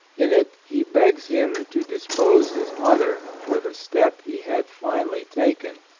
in it he begs him to dispose his mother for the step he had finally taken,